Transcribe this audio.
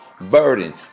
burden